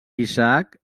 isaac